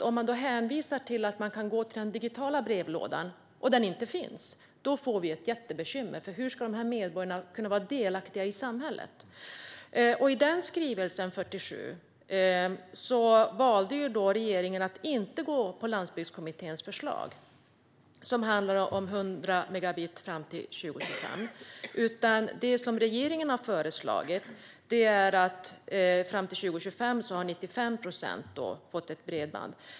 Om det hänvisas till att man kan gå till den digitala brevlådan och en sådan inte finns får vi ett jättebekymmer, för hur ska dessa medborgare kunna vara delaktiga i samhället? I skrivelse 47 valde regeringen att inte gå på Landsbygdskommitténs förslag, som handlade om 100 megabit fram till 2025, utan regeringen har föreslagit att 95 procent ska ha fått bredband fram till 2025.